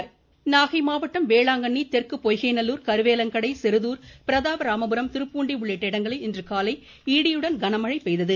நாகை மழை நாகை மாவட்டம் வேளாங்கண்ணி தெற்கு பொய்கை நல்லூர் கருவேலங்கடை செருதூர் பிரதாப ராமபுரம் திருப்பூண்டி உள்ளிட்ட இடங்களில் இன்று காலைஇடியுடன் கனமழை பெய்தது